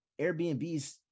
Airbnbs